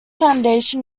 foundation